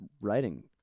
writing